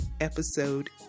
episode